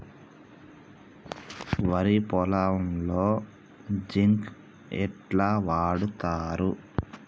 వరి పొలంలో జింక్ ఎట్లా వాడుతరు?